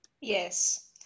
Yes